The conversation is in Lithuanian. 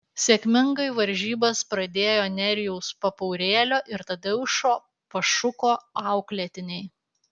sėkmingai varžybas pradėjo nerijaus papaurėlio ir tadeušo pašuko auklėtiniai